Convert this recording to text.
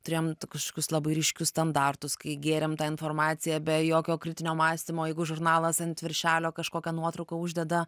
turėjom tokius šokius labai ryškius standartus kai gėrėm tą informaciją be jokio kritinio mąstymo jeigu žurnalas ant viršelio kažkokią nuotrauką uždeda